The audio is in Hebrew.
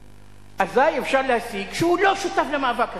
אזי, אפשר להסיק שהוא לא שותף למאבק הזה.